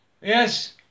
yes